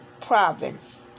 province